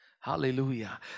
Hallelujah